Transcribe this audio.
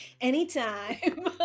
Anytime